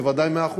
בוודאי 100%,